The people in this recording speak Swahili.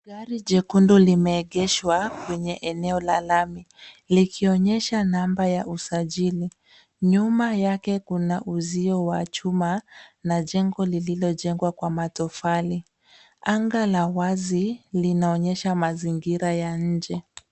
Gari jekundu limeegeshwa kwenye eneo la lami likionyesha namba ya usajili. Nyuma yake kuna uzio wa chuma na jengo lililojengwa kwa matofali. Anga la wazi linaonyesha mazingira ya nje.